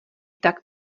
tak